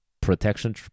protection